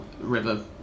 River